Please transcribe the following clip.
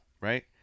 right